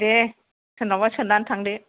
दे सोरनियावबा सोंनानै थांदो